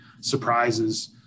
surprises